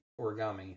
origami